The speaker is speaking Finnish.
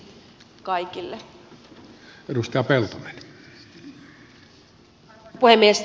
arvoisa puhemies